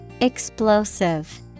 Explosive